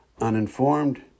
uninformed